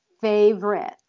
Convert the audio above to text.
favorite